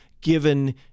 given